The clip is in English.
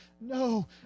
no